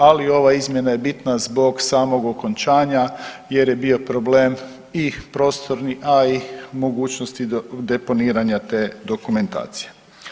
Ali ova izmjena je bitna zbog samog okončanja jer je bio problem i prostorni, a i mogućnosti deponiranja te dokumentacije.